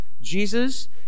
Jesus